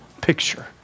picture